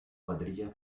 cuadrilla